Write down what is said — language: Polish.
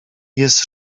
jest